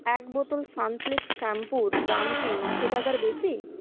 এক বোতল সানসিল্ক শ্যাম্পুর দাম কি নশো টাকার বেশি